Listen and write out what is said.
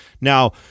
Now